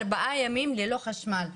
ארבעה ימים ללא חשמל.